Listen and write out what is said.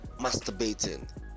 masturbating